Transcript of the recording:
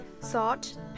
salt